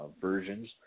versions